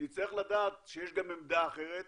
נצטרך לדעת שיש גם עמדה אחרת,